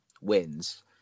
wins